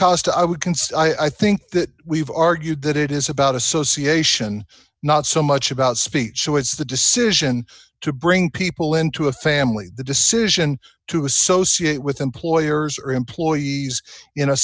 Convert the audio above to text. concede i think that we've argued that it is about association not so much about speech so as the decision to bring people into a family the decision to associate with employers or employees in a